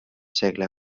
segle